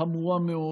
חמורה מאוד,